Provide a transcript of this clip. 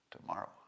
tomorrow